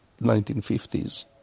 1950s